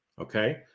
okay